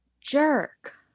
Jerk